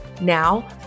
Now